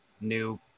new